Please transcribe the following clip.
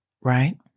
right